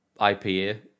IPA